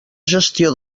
gestió